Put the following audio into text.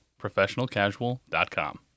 ProfessionalCasual.com